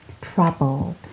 troubled